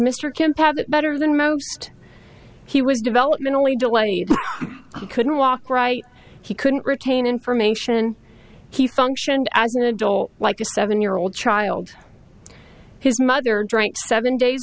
kemp have it better than most he was developmentally delayed he couldn't walk right he couldn't retain information he functioned as an adult like a seven year old child his mother drank seven days